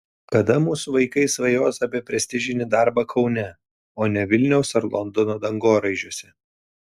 kada mūsų vaikai svajos apie prestižinį darbą kaune o ne vilniaus ar londono dangoraižiuose